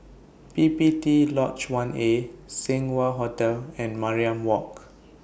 P P T Lodge one A Seng Wah Hotel and Mariam Walk